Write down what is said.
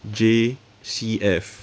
J C F